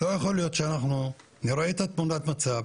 לא יכול להיות שאנחנו נראה את תמונת המצב,